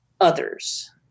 others